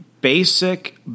basic